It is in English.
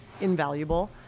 invaluable